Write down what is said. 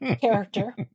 character